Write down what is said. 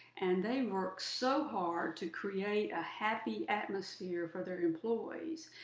and they work so hard to create a happy atmosphere for their employees,